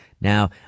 Now